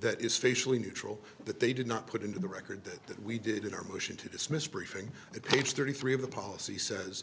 that is facially neutral that they did not put into the record that that we did in our motion to dismiss briefing at page thirty three of the policy says